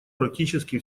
практически